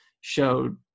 showed